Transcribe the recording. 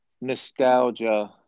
nostalgia